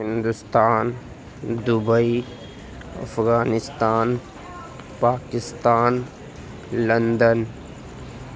Hindustan Dubai Afghanistan Pakistan London